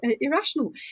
irrational